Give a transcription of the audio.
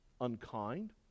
unkind